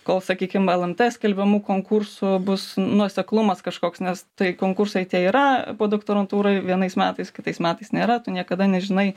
kol sakykim lmt skelbiamų konkursų bus nuoseklumas kažkoks nes tai konkursai tie yra doktorantūrai vienais metais kitais metais nėra tu niekada nežinai